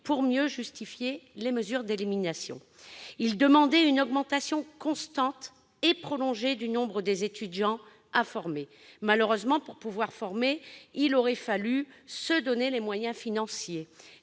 pour mieux justifier les mesures d'élimination. Ils demandaient une augmentation constante et prolongée du nombre des étudiants à former. Malheureusement, pour former, il aurait fallu se donner davantage de moyens financiers